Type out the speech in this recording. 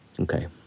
Okay